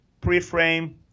pre-frame